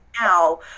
now